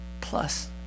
plus